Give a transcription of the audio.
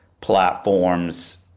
platforms